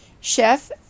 Chef